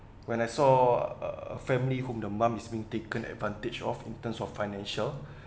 when I saw uh family whom the mum is being taken advantage of in terms of financial